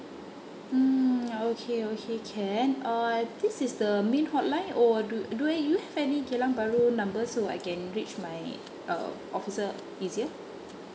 mm okay okay can uh this is the main hotline or do do I you have any geylang baru number so I can reach my uh officer easier